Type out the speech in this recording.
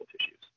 tissues